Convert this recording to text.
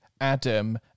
adam